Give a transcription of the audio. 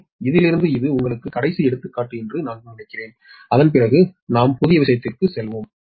எனவே இதிலிருந்து இது உங்களுக்கு கடைசி எடுத்துக்காட்டு என்று நான் நினைக்கிறேன் அதன் பிறகு நாங்கள் புதிய விஷயத்திற்கு செல்வோம்